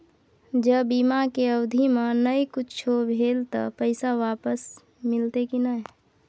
ज बीमा के अवधि म नय कुछो भेल त पैसा वापस मिलते की नय?